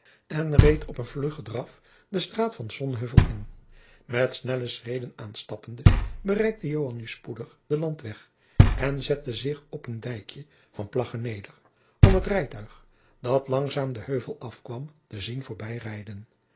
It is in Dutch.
en reed op een vluggen draf de straat van sonheuvel in met snelle schreden aanstappende bereikte joan nu spoedig den landweg en zette zich op een dijkje van plaggen neder om het rijtuig dat langzaam den heuvel afkwam te zien